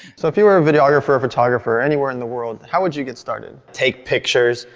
so if you are a videographer, a photographer anywhere in the world how would you get started? take pictures.